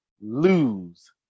lose